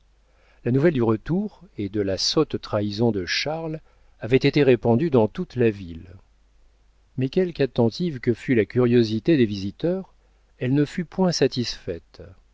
la nouvelle du retour et de la sotte trahison de charles avait été répandue dans toute la ville mais quelque attentive que fût la curiosité des visiteurs elle ne fut point satisfaite